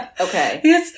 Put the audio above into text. Okay